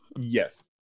Yes